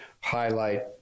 highlight